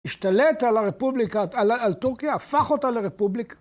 השתלט על הרפובליקה על טורקיה הפך אותה לרפובליקה